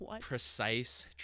precise